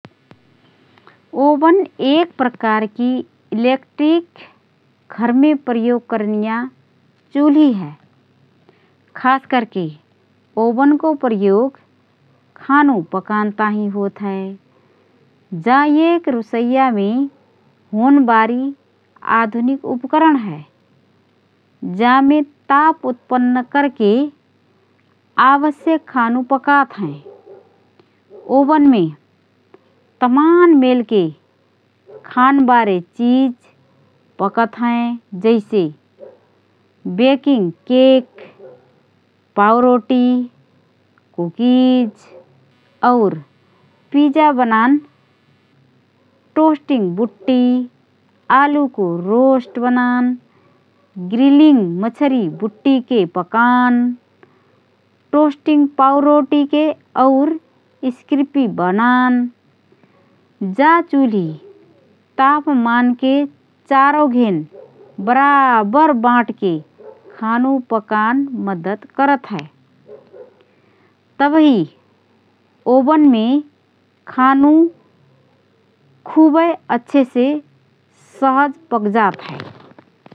ओवन एक प्रकारकी इलेक्ट्रिक घरमे प्रयोग करनिया चुल्ही हए । खास करके ओवनको प्रयोग खानु पकान ताहिँ होतहए । जा एक रुसैयामे होनबारी आधुनिक उपकरण हए । जामे ताप उत्पन्न करके आवश्यक खानु पकात हएँ । ओवनमे तमान मेलके खानबारे चिज पकत हएँ । जैसे: बेकिङ केक, पाउरोटी, कुकीज और पिजा बनान, टोष्टिङ बुट्टी, आलुके रोस्ट बनान, ग्रिलिङ मछरी बुट्टीके पकान, टोस्टिङ पाउरोटीके और क्रिस्पी बनान । जा चुल्ही तापमानके चारौघेन बराबर बाँटके खानु पकान मद्दत करत हए । तबही ओवनमे खानु खुबए अच्छेसे सहज पकजात हए ।